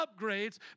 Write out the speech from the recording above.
upgrades